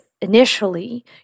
Initially